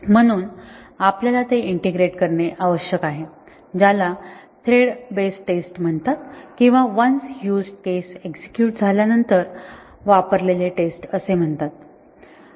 म्हणून आपल्याला ते इंटिग्रेट करणे आवश्यक आहे ज्याला थ्रेड बेस्ड टेस्ट म्हणतात किंवा वन्स युज्ड केस एक्झेक्युट झाल्यानंतर वापरलेले टेस्ट असे म्हणतात